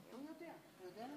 תראו,